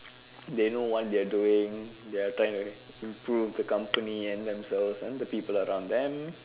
they know what they are doing they are trying to improve the company and themselves and the people around them